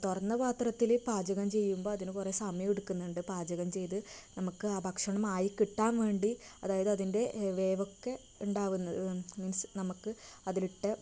തുറന്ന പാത്രത്തില് പാചകം ചെയ്യുമ്പോൾ അതിന് കുറേ സമയം എടുക്കുന്നുണ്ട് പാചകം ചെയ്ത് നമുക്ക് ആ ഭക്ഷണം ആയി കിട്ടാൻ വേണ്ടി അതായത് അതിൻ്റെ വേവൊക്കെ ഉണ്ടാവുന്നത് മീൻസ് നമുക്ക് അതിലിട്ട്